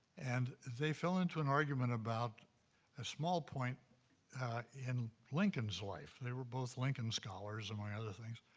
and they fell into an argument about a small point in lincoln's life. they were both lincoln scholars, among other things.